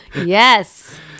Yes